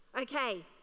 Okay